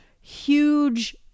Huge